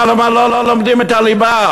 למה לא לומדים את הליבה?